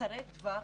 קצרות טווח